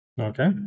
Okay